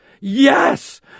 yes